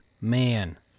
man